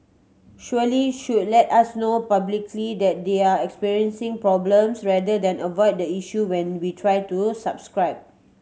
surely should let us know publicly that they're experiencing problems rather than avoid the issue when we try to subscribe